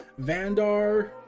Vandar